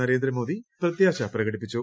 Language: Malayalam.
നരേന്ദ്രമോദി പ്രത്യാശ പ്രകടിപ്പിച്ചു